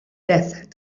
death